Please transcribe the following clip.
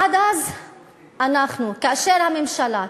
עד אז אנחנו, כאשר הממשלה,